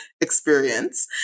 experience